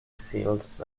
sills